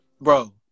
bro